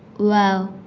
wow